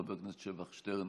חבר הכנסת שבח שטרן,